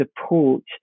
support